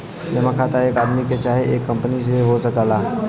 जमा खाता एक आदमी के चाहे एक कंपनी के हो सकेला